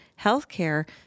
healthcare